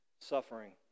suffering